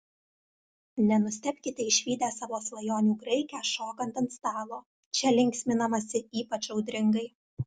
nenustebkite išvydę savo svajonių graikę šokant ant stalo čia linksminamasi ypač audringai